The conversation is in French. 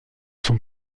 sont